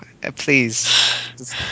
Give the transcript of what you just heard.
please